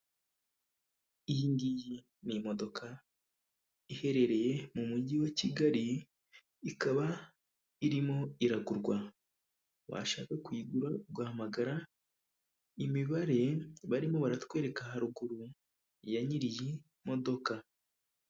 Iyi ngiyi ni imodoka iherereye mu mujyi wa Kigali, ikaba irimo iragurwa, Washaka kuyigura ugahamagara imibare barimo baratwereka haruguru ya nyiri iyi modoka.